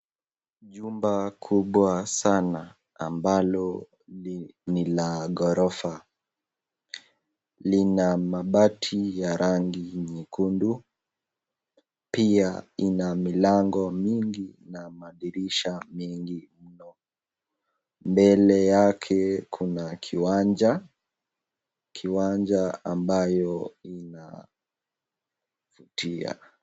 Jumba kubwa sana ambalo ni la gorofa. Lina mabati ya rangi nyekundu pia ina milango mingi na madirisha mengi mno. Mbele yake kuna kiwanja, kiwanja ambayo inavutia.